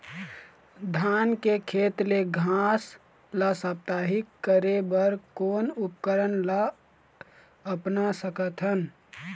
धान के खेत ले घास ला साप्ताहिक करे बर कोन उपकरण ला अपना सकथन?